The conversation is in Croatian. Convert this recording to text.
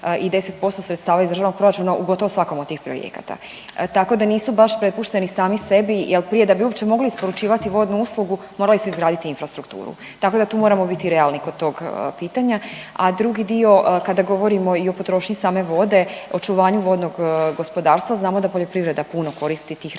i 10% sredstava iz državnog proračuna u gotovo u svakom od tih projekata tako da nisu baš prepušteni dami sebi jel prije da bi uopće mogli isporučivati vodnu uslugu morali su izgraditi infrastrukturu, tako da tu moramo biti realni kod tog pitanja. A drugi dio kada govorimo i potrošnji same vode, očuvanju vodnog gospodarstva znamo da poljoprivreda puno koristi tih resursa,